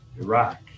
Iraq